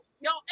y'all